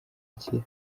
akira